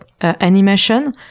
animation